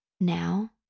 Now